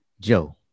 Joe